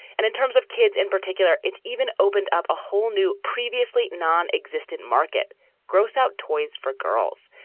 and in terms of kids in particular. it's even opened up a whole new previously non-existent market gross out toys for girls.